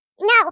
No